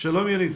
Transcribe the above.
בבקשה.